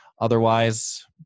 Otherwise